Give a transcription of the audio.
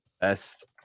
best